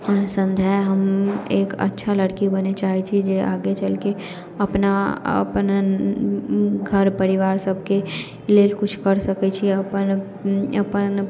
पसन्द हइ हम एक अच्छा लड़की बनै चाहे छी जे आगे चलिकऽ अपना अपन घर परिवार सबके लेल किछु करि सकै छी अपन अपन